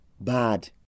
bad